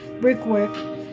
brickwork